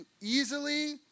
easily